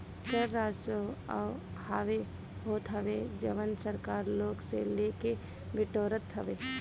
कर राजस्व उ आय होत हवे जवन सरकार लोग से लेके बिटोरत हवे